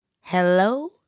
hello